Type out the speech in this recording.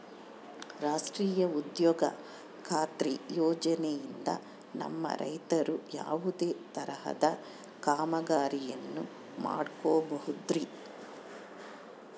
ರಾಷ್ಟ್ರೇಯ ಉದ್ಯೋಗ ಖಾತ್ರಿ ಯೋಜನೆಯಿಂದ ನಮ್ಮ ರೈತರು ಯಾವುದೇ ತರಹದ ಕಾಮಗಾರಿಯನ್ನು ಮಾಡ್ಕೋಬಹುದ್ರಿ?